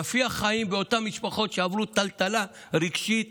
יפיח חיים באותן משפחות שעברו טלטלה רגשית